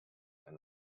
and